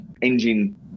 engine